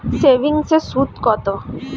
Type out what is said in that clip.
সেভিংসে সুদ কত?